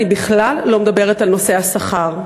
אני בכלל לא מדברת על נושא השכר,